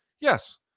Yes